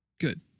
Good